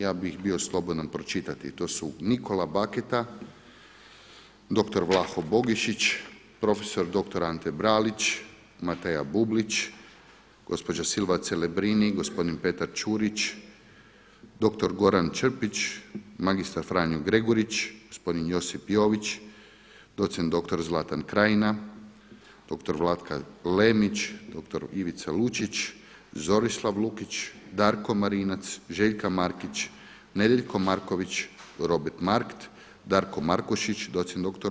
Ja bi ih bio slobodan pročitati, to su: Nikola BAketa, dr. Vlaho Bogišić, prof.dr. Ante Bralić, Matea Bublić, gospođa Silva Celebrini, gospodin Petar Ćurćić, dr. Goran Črpić, mr. Franjo Gregurić, gospodin Josip Jović, doc.dr. Zlatan Krajina, dr. Vlatka Lenić, dr. Ivica Lučić, Zorislav Lukić, Darko Marinac, Željka Markić, Nedeljko Marković, Robert Markt, Drako Markušić, doc.dr.